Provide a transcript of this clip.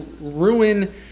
ruin